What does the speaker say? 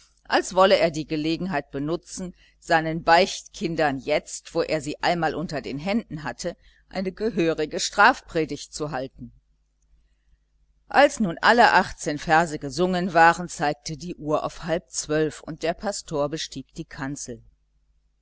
als wolle er die gelegenheit benutzen seinen beichtkindern jetzt wo er sie einmal unter den händen hatte eine gehörige strafpredigt zu halten als nun alle achtzehn verse gesungen waren zeigte die uhr auf halb zwölf und der pastor bestieg die kanzel